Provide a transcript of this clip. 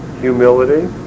humility